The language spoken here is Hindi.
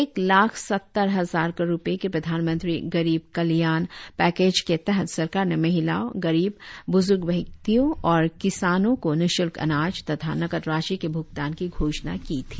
एक लाख सत्तर हजार करोड़ रुपये के प्रधानमंत्री गरीब कल्याण पैकेज के तहत सरकार ने महिलाओं गरीब ब्ज्र्ग व्यक्तियों और किसानों को निशुल्क अनाज तथा नकद राशि के भुगतान की घोषणा की थी